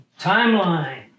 timeline